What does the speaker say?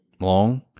long